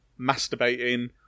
masturbating